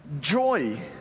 joy